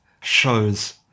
shows